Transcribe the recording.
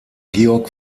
georg